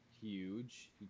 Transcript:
huge